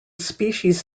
species